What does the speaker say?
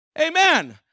Amen